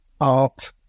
art